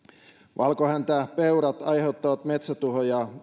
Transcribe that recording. valkohäntäpeurat aiheuttavat metsätuhoja